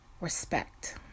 respect